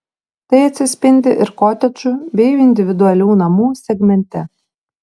tai atsispindi ir kotedžų bei individualių namų segmente